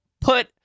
put